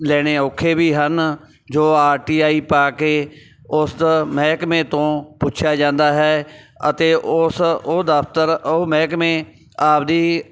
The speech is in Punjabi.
ਲੈਣੇ ਔਖੇ ਵੀ ਹਨ ਜੋ ਆਰ ਟੀ ਆਈ ਪਾ ਕੇ ਉਸਦਾ ਮਹਿਕਮੇ ਤੋਂ ਪੁੱਛਿਆ ਜਾਂਦਾ ਹੈ ਅਤੇ ਉਸ ਉਹ ਦਫਤਰ ਉਹ ਮਹਿਕਮੇ ਆਪਦੀ